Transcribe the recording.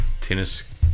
tennis